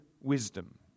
wisdom